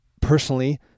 personally